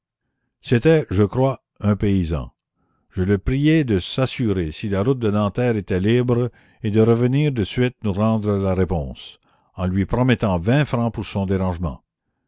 c'était je crois un paysan je le priai de s'assurer si la route de nanterre était libre et de revenir de suite nous la commune rendre la réponse en lui promettant vingt francs pour son dérangement